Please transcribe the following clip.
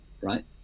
right